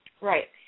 Right